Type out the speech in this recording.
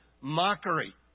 mockery